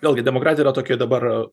vėlgi demokratija yra tokioj dabar